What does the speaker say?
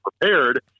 prepared